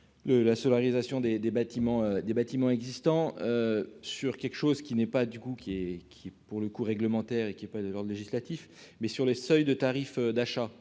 des bâtiments, des bâtiments existants sur quelque chose qui n'est pas du goût qui est qui pour le coup, réglementaire et qui est pas de législatif mais sur les seuils de tarifs d'achat